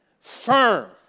firm